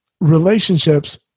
relationships